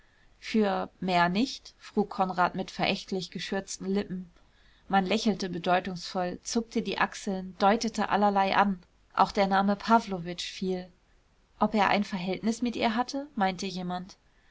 für mehr nicht frug konrad mit verächtlich geschürzten lippen man lächelte bedeutungsvoll zuckte die achseln deutete allerlei an auch der name pawlowitsch fiel ob er ein verhältnis mit ihr hatte meinte jemand